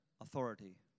authority